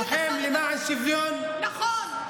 לוחם למען שוויון, נכון.